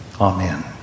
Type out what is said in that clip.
Amen